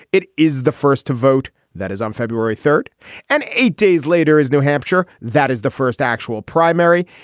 it is the first to vote. that is on february third and eight days later is new hampshire. that is the first actual primary.